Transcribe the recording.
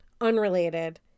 unrelated